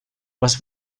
was